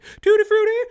Tutti-frutti